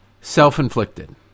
self-inflicted